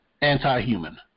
anti-human